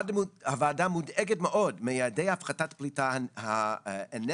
הוועדה מודאגת מאוד מיעדי הפחתת הפליטה האנמיים,